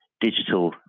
digital